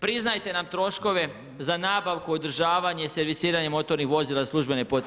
Priznajte nam troškove za nabavku održavanje, servisiranje motornih vozila službene potvrde.